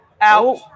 Out